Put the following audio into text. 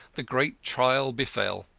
the great trial befell.